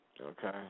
Okay